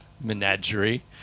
menagerie